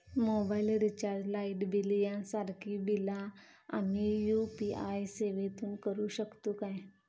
Mobile recharge, light bill यांसारखी बिला आम्ही यू.पी.आय सेवेतून करू शकतू काय?